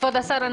כבוד השר,